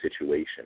situation